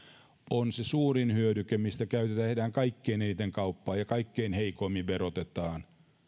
on se suurin hyödyke mistä tehdään kaikkein eniten kauppaa ja mitä kaikkein heikoimmin verotetaan